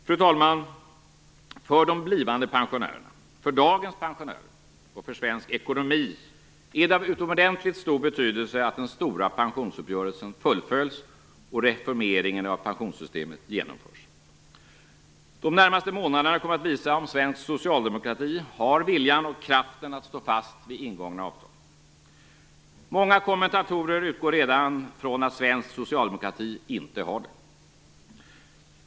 Fru talman! För de blivande pensionärerna, för dagens pensionärer och för svensk ekonomi är det av utomordentligt stor betydelse att den stora pensionsuppgörelsen fullföljs och att reformeringen av pensionssystemet genomförs. De närmaste månaderna kommer att visa om svensk socialdemokrati har viljan och kraften att stå fast vid ingångna avtal. Många kommentatorer utgår redan från att svensk socialdemokrati inte har det.